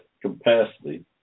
capacity